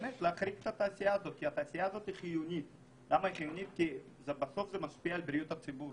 להחריג את התעשייה הזו כי היא חיונית ומשפיעה בסוף על בריאות הציבור.